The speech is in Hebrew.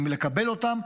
לקבל אותם,